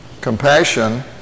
compassion